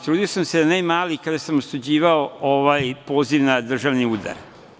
Trudio sam se da nema ali kada sam osuđivao ovaj poziv na državni udar.